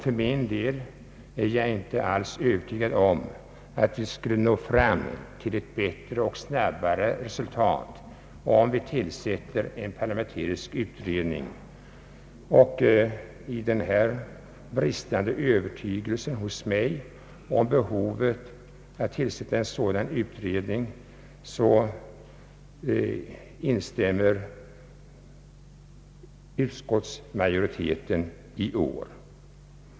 För min del är jag inte alls övertygad om att vi skulle nå fram till ett bättre och snabbare resultat genom en parlamentarisk utredning. Denna bristande övertygelse om behovet av att tillsätta en parlamentarisk utredning ligger också bakom utskottsmajoritetens avslagsyrkande.